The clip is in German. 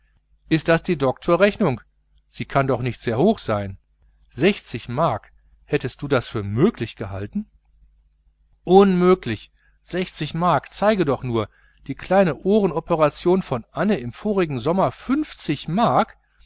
ist das die doktorsrechnung sie kann doch nicht sehr hoch sein sechzig mark hättest du das für möglich gehalten unmöglich sechzig mark zeige doch nur die kleine ohrenoperation von anne im vorigen sommer fünfzig mark